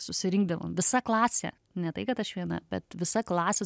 susirinkdavom visa klasė ne tai kad aš viena bet visa klasė su